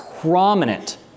prominent